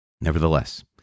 Nevertheless